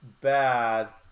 bad